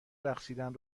رقصیدن